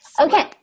Okay